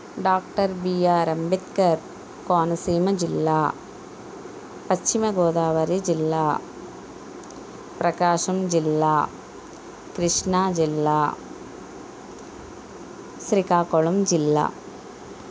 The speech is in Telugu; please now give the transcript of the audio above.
డాక్టర్ బిఆర్ అంబేద్కర్ కోనసీమ జిల్లా పశ్చిమగోదావరి జిల్లా ప్రకాశం జిల్లా కృష్ణాజిల్లా శ్రీకాకుళం జిల్లా